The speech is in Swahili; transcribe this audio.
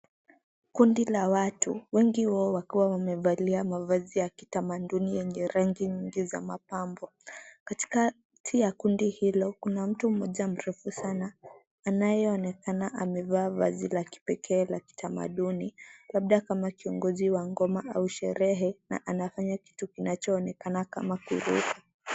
Kundi la watu wengi wao wakiwa wamevalia mavazi ya kitamaduni yenye rangi nyingi za mapambo. Katikati ya kundi hilo kuna mtu mmoja mrefu sana anayeonekana amevaa vazi la kipekee la kitamaduni labda kiongozi wa ngoma ya kipekee au sherehe na anafanya kitu kinachoonekana kama kuruka.